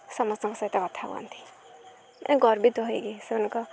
ସମସ୍ତଙ୍କ ସହିତ କଥା ହୁଅନ୍ତି ମାନେ ଗର୍ବିତ ହେଇକି ସେମାନଙ୍କ